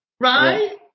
Right